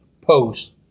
post